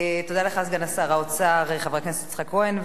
תודה לך, סגן שר האוצר, חבר הכנסת יצחק כהן.